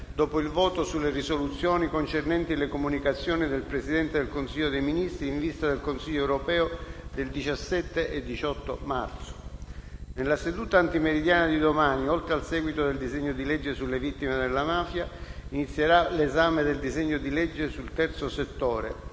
dopo il voto sulle risoluzioni concernenti le comunicazioni del Presidente del Consiglio dei ministri in vista del Consiglio europeo del 17 e 18 marzo. Nella seduta antimeridiana di domani, oltre al seguito del disegno di legge sulle vittime delle mafie, inizierà l'esame del disegno di legge sul terzo settore.